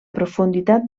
profunditat